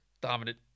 dominant